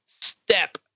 step